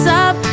up